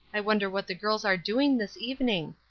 i wonder what the girls are doing this evening?